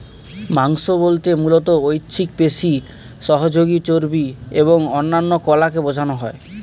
মাংস বলতে মূলত ঐচ্ছিক পেশি, সহযোগী চর্বি এবং অন্যান্য কলাকে বোঝানো হয়